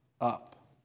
up